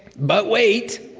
but wait.